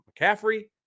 McCaffrey